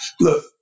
look